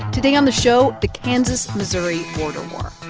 today on the show the kansas-missouri border war,